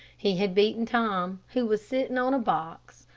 he had beaten tom, who was sitting on a box,